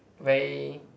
very